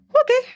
Okay